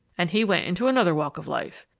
and he went into another walk of life.